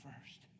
first